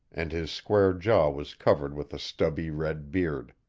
and his square jaw was covered with a stubby red beard.